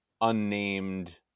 unnamed